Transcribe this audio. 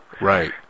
Right